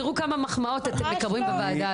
תראו כמה מחמאות אתם מקבלים בוועדה הזאת.